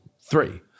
three